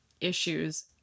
issues